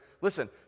listen